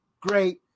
great